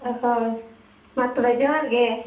ᱚ ᱦᱳᱭ ᱢᱟᱛᱚᱵᱮ ᱡᱚᱦᱟᱨ ᱜᱮ